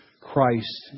Christ